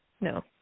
No